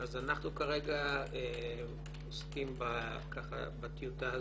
אז אנחנו כרגע עוסקים בטיוטה הזאת,